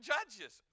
Judges